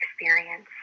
experience